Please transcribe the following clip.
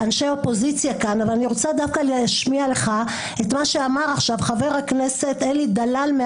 השערורייה שאתם מביאים לכנסת ישראל ובגלל